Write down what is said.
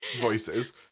voices